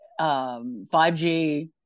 5G